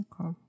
Okay